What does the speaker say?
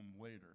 later